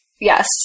Yes